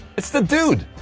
it's the dude